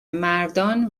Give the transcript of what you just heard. مردان